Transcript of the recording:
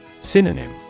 Synonym